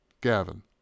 Gavin